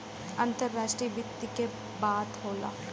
अंतराष्ट्रीय वित्त के बात होला